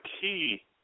key